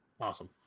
Awesome